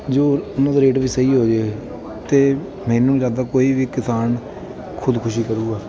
ਜੋ ਉਹਨਾਂ ਦਾ ਰੇਟ ਵੀ ਸਹੀ ਹੋ ਜਾਵੇ ਅਤੇ ਮੈਨੂੰ ਨਹੀਂ ਲੱਗਦਾ ਕੋਈ ਵੀ ਕਿਸਾਨ ਖੁਦਕੁਸ਼ੀ ਕਰੂਗਾ